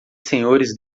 senhores